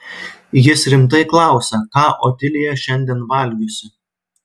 jis rimtai klausia ką otilija šiandien valgiusi